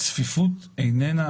צפיפות איננה,